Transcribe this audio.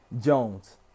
Jones